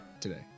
today